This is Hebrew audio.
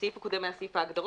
הסעיף הקודם היה סעיף ההגדרות,